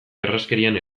errazkerian